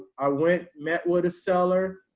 i went met with a seller.